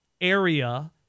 area